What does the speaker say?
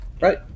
Right